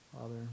Father